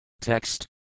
Text